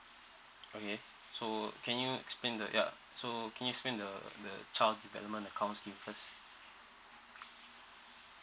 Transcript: okay so can you explain the ya so can you explain the child development account scheme first